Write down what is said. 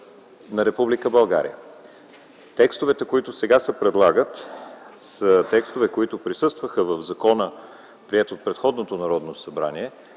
България. Текстовете, които сега се предлагат, са текстове, които присъстваха в закона, приет от предходното Народно събрание,